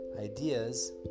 ideas